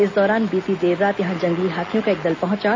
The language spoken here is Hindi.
इस दौरान बीती देर रात यहां जंगली हाथियों का एक दल पहुंचा